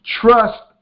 Trust